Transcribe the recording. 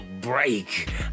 break